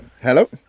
Hello